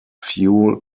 fuel